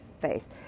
face